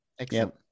Excellent